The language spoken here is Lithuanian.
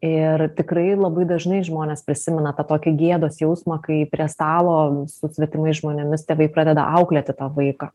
ir tikrai labai dažnai žmonės prisimena tą tokį gėdos jausmą kai prie stalo su svetimais žmonėmis tėvai pradeda auklėti tą vaiką